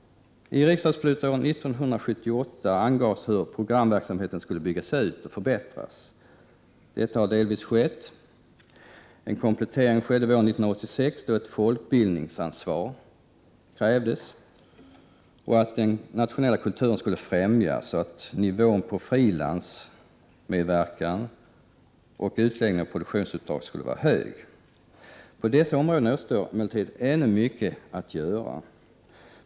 I riksdagsbeslutet år 1978 angavs hur programverksamheten skulle byggas ut och förbättras. Detta har delvis skett. En komplettering skedde våren 1986, då ett folkbildningsansvar krävdes, att den nationella kulturen skulle främjas och att nivån på frilansmedverkan och utläggning av produktionsuppdrag skulle vara hög. På dessa områden återstår emellertid ännu mycket att göra.